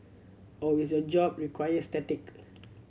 or is your job require static